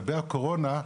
לגבי הקורונה,